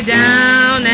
down